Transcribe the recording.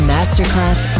Masterclass